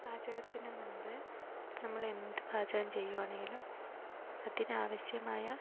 പാചകത്തിന് മുൻപ് നമ്മൾ എന്തു പാചകം ചെയ്യുകയാണെങ്കിലും അതിനാവശ്യമായ